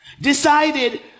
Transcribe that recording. decided